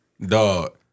dog